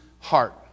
heart